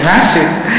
זה משהו.